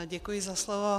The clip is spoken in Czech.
Děkuji za slovo.